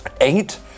Eight